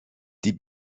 die